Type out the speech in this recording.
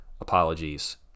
apologies